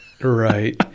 Right